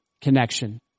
connection